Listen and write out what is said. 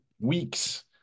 weeks